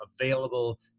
available